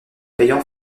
payant